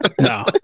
No